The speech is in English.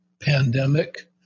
pandemic